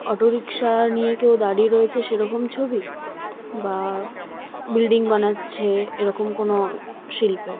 autorickshaw নিয়ে কেউ দাঁড়িয়ে রয়েছে সেরকম ছবি বা বিল্ডিং বানাচ্ছে এরকম কোনো শিল্পের